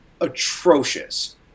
atrocious